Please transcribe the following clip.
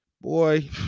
Boy